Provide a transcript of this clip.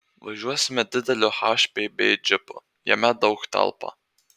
važiuosime dideliu hpb džipu jame daug telpa